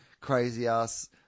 crazy-ass